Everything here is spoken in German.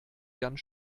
ganz